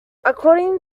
according